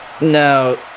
No